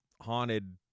haunted